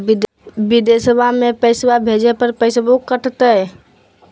बिदेशवा मे पैसवा भेजे पर पैसों कट तय?